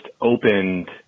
opened